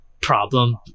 problem